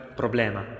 problema